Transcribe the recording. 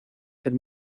del